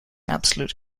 absolute